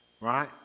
right